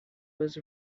was